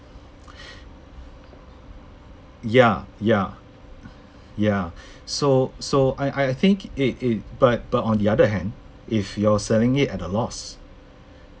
ya ya ya so so I I think it it but but on the other hand if you're selling it at a loss